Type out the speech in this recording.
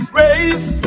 race